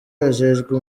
ajejwe